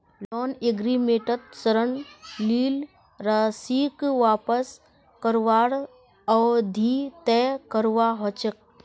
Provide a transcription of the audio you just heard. loan एग्रीमेंटत ऋण लील राशीक वापस करवार अवधि तय करवा ह छेक